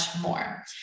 more